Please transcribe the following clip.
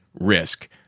risk